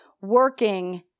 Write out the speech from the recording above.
working